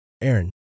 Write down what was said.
Aaron